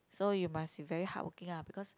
so you must be very hardworking uh because